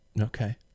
okay